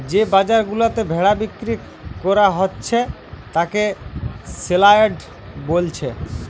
যে বাজার গুলাতে ভেড়া বিক্রি কোরা হচ্ছে তাকে সেলইয়ার্ড বোলছে